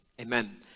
Amen